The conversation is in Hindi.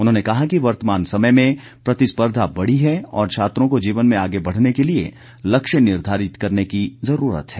उन्होंने कहा कि वर्तमान समय में प्रतिस्पर्धा बढ़ी है और छात्रों को जीवन में आगे बढ़ने के लिए लक्ष्य निर्धारित करने की जरूरत है